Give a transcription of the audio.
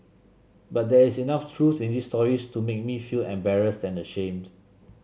but there is enough truth in these stories to make me feel embarrassed and ashamed